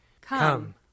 Come